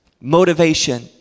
Motivation